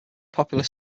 popular